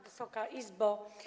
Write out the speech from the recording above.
Wysoka Izbo!